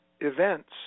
events